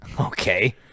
okay